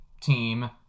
team